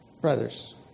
brothers